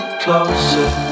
closer